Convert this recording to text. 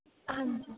ਹਾਂਜੀ